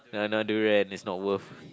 no not durian is not worth